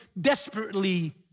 desperately